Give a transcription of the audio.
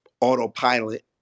autopilot